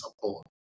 support